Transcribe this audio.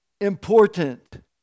important